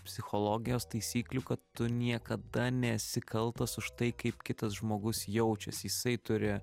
psichologijos taisyklių kad tu niekada nesi kaltas už tai kaip kitas žmogus jaučiasi jisai turi